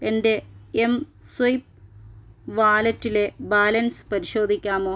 എൻ്റെ M swipe വാലറ്റിലെ balance പരിശോധിക്കാമോ